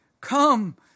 come